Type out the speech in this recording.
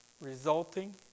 resulting